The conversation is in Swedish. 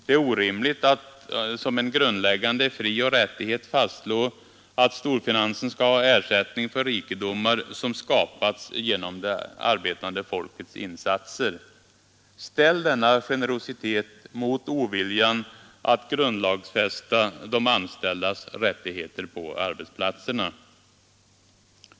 Det är orimligt att som en grundläggande frioch rättighet fastslå att storfinansen skall ha ersättning för rikedomar som skapats genom det arbetande folkets insatser. Ställ denna generositet mot oviljan att grundlagfästa de anställdas rättigheter på arbetsplatserna!